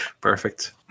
perfect